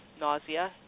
nausea